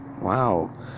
Wow